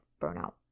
burnout